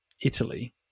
Italy